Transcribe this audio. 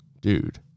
Dude